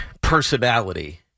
personality